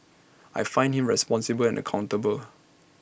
I find him responsible and accountable